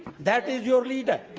that is your leader.